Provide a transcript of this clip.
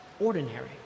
ordinary